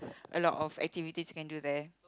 a lot of activities can do there